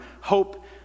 hope